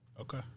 Okay